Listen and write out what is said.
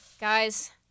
Guys